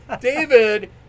David